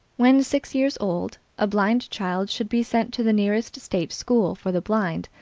when six years old, a blind child should be sent to the nearest state school for the blind,